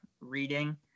reading